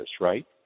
right